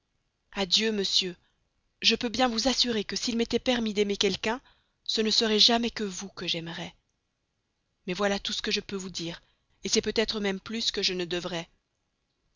adieu monsieur je peux bien vous assurer que s'il m'était permis d'aimer quelqu'un ce ne serait jamais que vous que j'aimerais mais voilà tout ce que je peux vous dire c'est peut-être même plus que je ne devrais